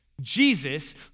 Jesus